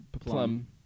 plum